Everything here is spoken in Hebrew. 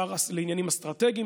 שר לעניינים אסטרטגיים,